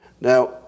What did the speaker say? Now